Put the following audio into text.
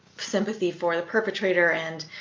sympathy for the perpetrator and